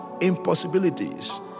Impossibilities